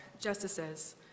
Justices